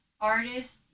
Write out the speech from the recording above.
artist